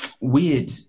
weird